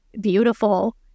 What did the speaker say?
beautiful